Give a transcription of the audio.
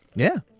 yeah,